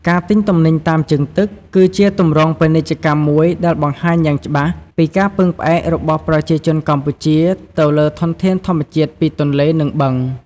ការទិញទំនិញតាមជើងទឹក គឺជាទម្រង់ពាណិជ្ជកម្មមួយដែលបង្ហាញយ៉ាងច្បាស់ពីការពឹងផ្អែករបស់ប្រជាជនកម្ពុជាទៅលើធនធានធម្មជាតិពីទន្លេ និងបឹង។